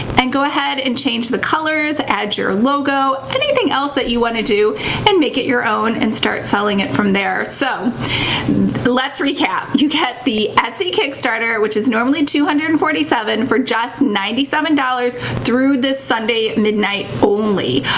and go ahead and change the colors, add your logo, anything else that you wanna do and make it your own and start selling it from there. so let's recap. you get the etsy kickstarter, which is normally two hundred and forty seven for just ninety seven dollars through this sunday midnight only.